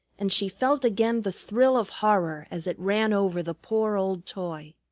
and she felt again the thrill of horror as it ran over the poor old toy.